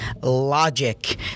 logic